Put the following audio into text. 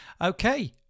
Okay